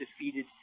defeated